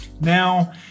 Now